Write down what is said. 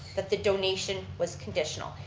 that the donation was conditional.